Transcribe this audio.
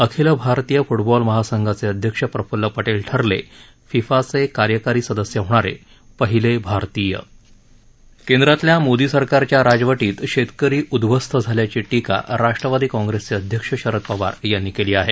अखिल भारतीय फ्टबॉल महासंघाचे अध्यक्ष प्रफ्ल्ल पटेल ठरले फिफाचे कार्यकारी सदस्य होणारे पहिले भारतीय केंद्रातल्या मोदी सरकारच्या राजवटीत शेतकरी उद्ध्वस्त झाल्याची टीका राष्ट्रवादी काँग्रेसचे अध्यक्ष शरद पवार यांनी केली आहे